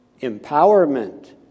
Empowerment